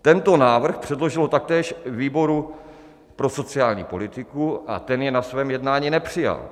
Tento návrh předložilo taktéž výboru pro sociální politiku a ten jej na svém jednání nepřijal.